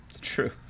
True